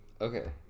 Okay